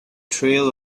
trail